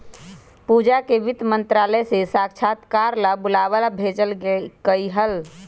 पूजा के वित्त मंत्रालय से साक्षात्कार ला बुलावा भेजल कई हल